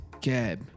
cab